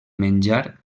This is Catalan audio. menjar